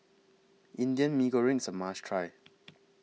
Indian Mee Goreng IS A must Try